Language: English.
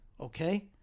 okay